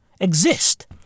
exist